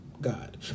God